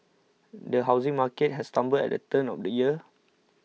the housing market has stumbled at the turn of the year